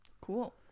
cool